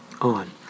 on